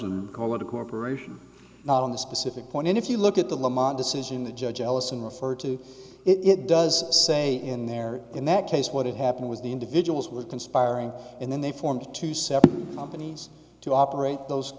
and call it a corporation not on this specific point and if you look at the lamont decision the judge ellison referred to it does say in there in that case what it happened was the individuals were conspiring and then they formed two separate companies to operate those